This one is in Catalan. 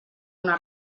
una